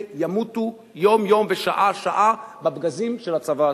ימותו יום-יום ושעה-שעה מפגזים של הצבא הסורי.